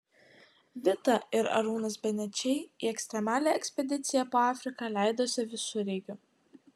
vita ir arūnas benečiai į ekstremalią ekspediciją po afriką leidosi visureigiu